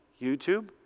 YouTube